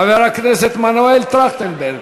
חבר הכנסת מנואל טרכטנברג,